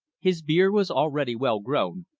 his beard was already well grown,